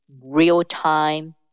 real-time